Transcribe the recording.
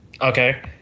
okay